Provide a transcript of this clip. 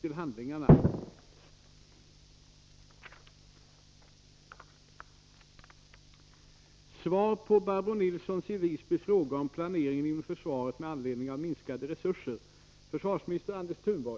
Vill statsrådet medverka till att samhället Fårösund i enlighet med riksdagens tidigare beslut inte drabbas?